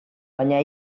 baina